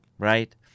right